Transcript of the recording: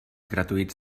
gratuïts